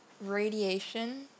radiation